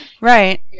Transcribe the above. Right